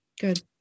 Good